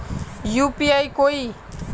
UPI कोई